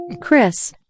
Chris